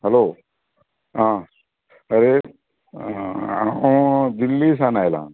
hello आं आरे हांव दिल्लीसान आयला